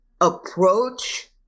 approach